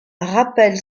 rappelle